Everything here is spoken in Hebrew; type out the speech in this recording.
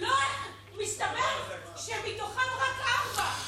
מסתבר שמתוכם רק ארבעה,